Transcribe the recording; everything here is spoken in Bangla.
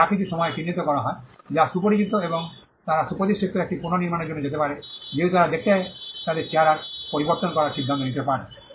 যা কিছু সময় চিহ্নিত হয় যা সুপরিচিত এবং তারা সুপ্রতিষ্ঠিত একটি পুনর্নির্মাণের জন্য যেতে পারে যেহেতু তারা দেখতে তাদের চেহারা পরিবর্তন করার সিদ্ধান্ত নিতে পারে